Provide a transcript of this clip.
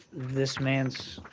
this man's